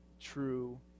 true